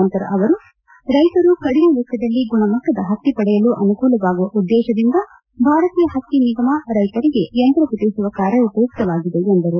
ನಂತರ ಅವರು ರೈತರು ಕಡಿಮೆ ವೆಚ್ಚದಲ್ಲಿ ಗುಣಮಟ್ಟದ ಹತ್ತಿ ಪಡೆಯಲು ಅನುಕೂಲವಾಗುವ ಉದ್ದೇಶದಿಂದ ಭಾರತೀಯ ಹತ್ತಿ ನಿಗಮ ರೈತರಿಗೆ ಯಂತ್ರ ವಿತರಿಸುವ ಕಾರ್ಯ ಉಪಯುಕ್ತವಾಗಿದೆ ಎಂದರು